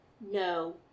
no